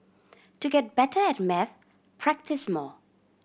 to get better at maths practise more